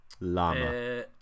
Lama